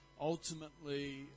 Ultimately